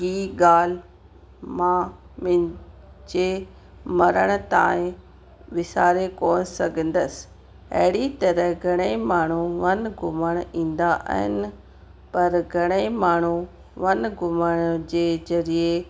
हीउ ॻाल्हि मां मुंहिंजे मरण ताईं विसारे कोन सघंदसि अहिड़ी तरह घणई माण्हूं घुमणु वनु ईंदा आहिनि पर घणेई माण्हूं वनु घुमण जे ज़रिए